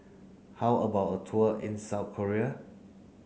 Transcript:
how about a tour in South Korea